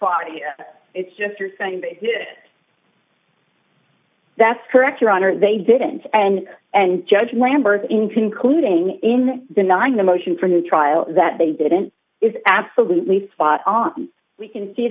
fired it's just you're saying that's correct your honor they didn't and and judge lamberth in concluding in denying the motion for new trial that they didn't is absolutely spot on we can see